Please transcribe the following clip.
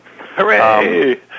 Hooray